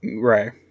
Right